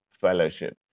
fellowship